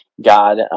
God